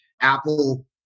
Apple